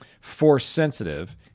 Force-sensitive